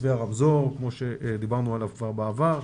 מתווה הרמזור כמו שדיברנו עליו כבר בעבר.